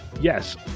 yes